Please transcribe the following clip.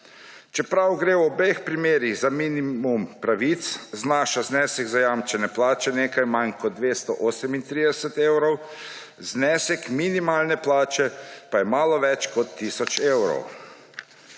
Čeprav gre v obeh primerih za minimum pravic, znaša znesek zajamčene plače nekaj manj kot 238 evrov, znesek minimalne plače pa je malo več kot tisoč evrov.